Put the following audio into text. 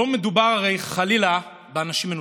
הרי לא מדובר, חלילה, באנשים מנותקים,